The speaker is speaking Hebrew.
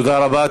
תודה רבה.